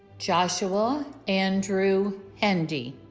joshua andrew hendi